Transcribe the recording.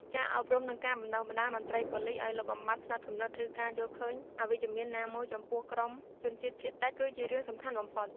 ការអប់រំ និងការបណ្តុះបណ្តាលមន្ត្រីប៉ូលិសឱ្យលុបបំបាត់ផ្នត់គំនិត ឬការយល់ឃើញអវិជ្ជមានណាមួយចំពោះក្រុមជនជាតិភាគតិច គឺជារឿងសំខាន់បំផុត។